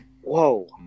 Whoa